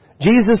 Jesus